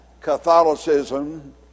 Catholicism